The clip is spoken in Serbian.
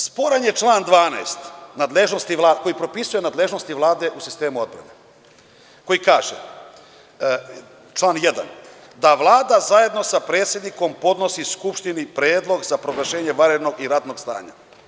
Sporan je član 12. koji propisuje nadležnosti Vlade u sistemu odbrane koji kaže, član 1. da Vlada zajedno sa predsednikom podnosi Skupštini predlog za proglašenje vanrednog i ratnog stanja.